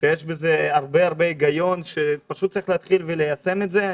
שיש בזה הרבה היגיון ופשוט צריך להתחיל וליישם את זה.